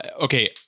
Okay